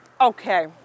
Okay